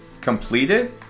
completed